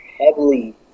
heavily